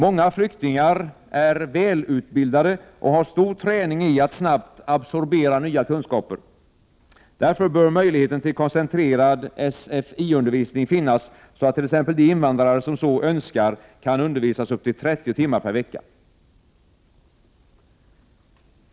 Många flyktingar är välutbildade och har stor träning i att snabbt absorbera nya kunskaper. Därför bör möjlighet till koncentrerad Sfi-undervisning finnas så att t.ex. de invandrare som så önskar kan undervisas upp till 30 timmar per vecka.